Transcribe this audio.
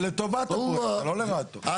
הלאה.